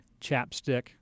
Chapstick